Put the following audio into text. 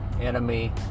enemy